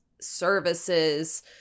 services